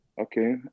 okay